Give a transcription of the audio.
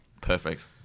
Perfect